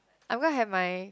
I'm gonna have my